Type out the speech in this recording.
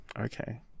Okay